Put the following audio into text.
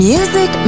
Music